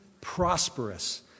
prosperous